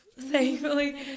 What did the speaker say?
thankfully